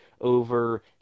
over